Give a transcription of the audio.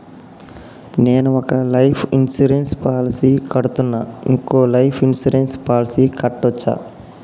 నేను ఒక life insurance policy కడ్తున్నా, ఇంకో లైఫ్ ఇన్సూరెన్స్ పాలసీ కట్టొచ్చా?